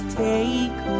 take